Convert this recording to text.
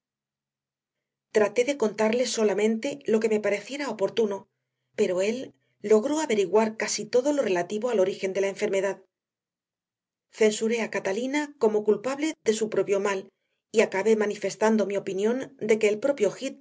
traté de contarle solamente lo que me pareciera oportuno pero él logró averiguar casi todo lo relativo al origen de la enfermedad censuré a catalina como culpable de su propio mal y acabé manifestando mi opinión de que el propio